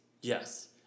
Yes